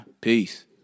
Peace